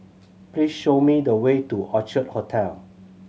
please show me the way to Orchid Hotel